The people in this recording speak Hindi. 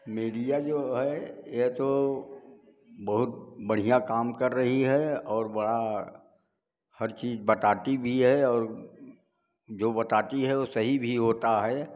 मीडिया जो है या तो बहुत बढ़िया काम कर रही है और बड़ा हर चीज़ बताती भी है और जो बताती है वह सही भी होता है